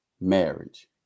marriage